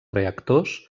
reactors